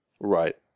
Right